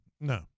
No